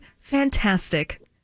Fantastic